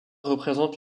représentent